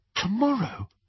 Tomorrow